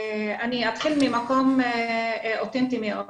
אתחיל ממקום אותנטי מאוד,